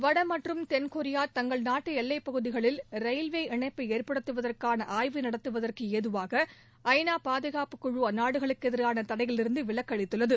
வட மற்றும் தென் கொரியா தங்கள் நாட்டு எல்லைப்பகுதிகளில் ரயில்வே இணைப்பை ஏற்படுத்துவதற்கான ஆய்வு நடத்தவதற்கு ஏதுவாக ஐ நா பாதுகாப்புக் குழு அந்நாடுகளுக்கு எதிரான தடையிலிருந்து விலக்கு அளித்துள்ளது